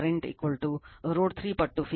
ಆದ್ದರಿಂದ IL L √ 3 ಪಟ್ಟು phase current